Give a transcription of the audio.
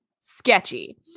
sketchy